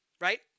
right